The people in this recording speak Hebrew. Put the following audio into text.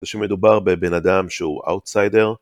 זה שמדובר בבן אדם שהוא אאוטסיידר